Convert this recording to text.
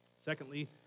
Secondly